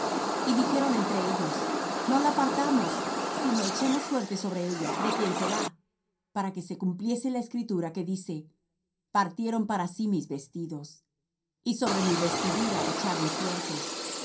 y dijeron entre ellos no la partamos sino echemos suertes sobre ella de quién será para que se cumpliese la escritura que dice partieron para sí mis vestidos y sobre mi vestidura echaron suertes